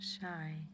...shy